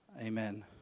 amen